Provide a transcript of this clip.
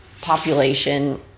population